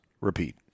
repeat